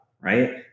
right